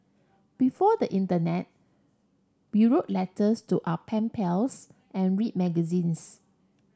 before the internet we wrote letters to our pen pals and read magazines